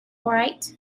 right